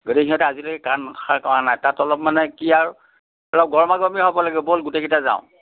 গতিকে সিহঁতে আজিলৈকে কাণসাৰ কৰা নাই তাত অলপ মানে কি আৰু অলপ গৰমা গৰমি হ'ব লাগে ব'ল গোটেই কেইটা যাওঁ